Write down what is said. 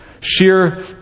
sheer